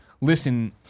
listen